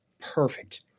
perfect